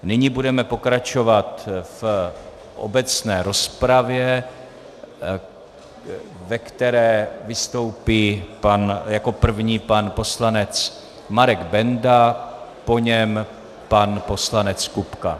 Nyní budeme pokračovat v obecné rozpravě, ve které vystoupí jako první pan poslanec Marek Benda, po něm pan poslanec Kupka.